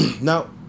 now